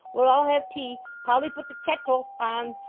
we'll all have tea polly put the ket-tle on,